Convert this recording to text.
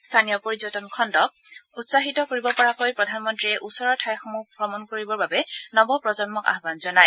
স্থানীয় পৰ্যটন খণ্ডক উৎসাহিত কৰিব পৰাকৈ প্ৰধানমন্তীয়ে ওচৰৰ ঠাইসমূহ ভ্ৰমণ কৰিবৰ বাবে নৱ প্ৰজন্মক আহান জনায়